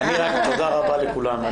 תודה רבה לכולם.